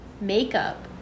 makeup